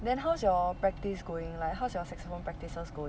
then how's your practice going like how's your saxophone practices go